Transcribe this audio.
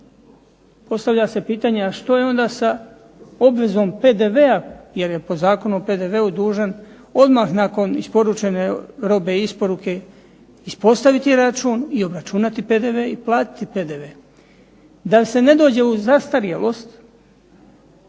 Postavlja se pitanje, a što je onda sa obvezom PDV-a, jer je po Zakonu o PDV-u dužan odmah nakon isporučene robe isporuke ispostaviti račun i obračunati PDV i platiti PDV. Da se ne dođe u zastarjelost,